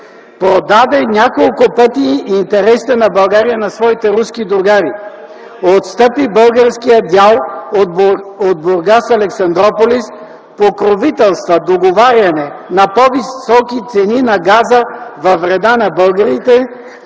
Продаде няколко пъти интересите на България на своите руски другари. Отстъпи българския дял от „Бургас-Александруполис”. Поиска договаряне на по-високи цени на газа във вреда на българите.